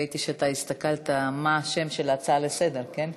ראיתי שהסתכלת מה שם ההצעה לסדר, כן?